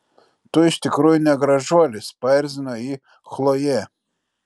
tu iš tikrųjų ne gražuolis paerzino jį chlojė